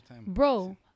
bro